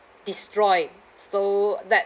destroyed so that